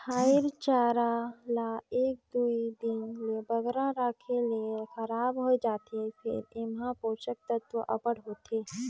हयिर चारा ल एक दुई दिन ले बगरा राखे ले खराब होए जाथे फेर एम्हां पोसक तत्व अब्बड़ होथे